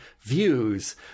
views